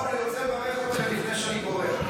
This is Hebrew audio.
ינון, אני רוצה לברך אותך לפני שאני בורח.